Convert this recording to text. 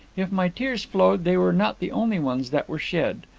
if my tears flowed, they were not the only ones that were shed.